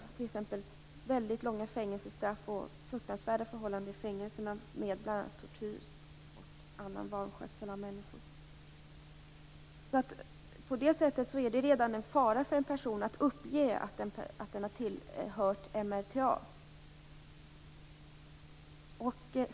Det kan bli ett väldigt långt fängelsestraff med fruktansvärda förhållanden i fängelserna, tortyr och annan vanskötsel av människor. Det är därför en fara för en person redan att uppge att man har tillhört MRTA.